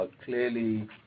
clearly